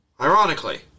Ironically